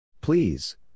Please